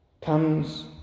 Comes